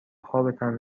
خوابتم